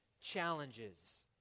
challenges